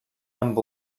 amb